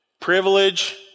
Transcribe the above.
Privilege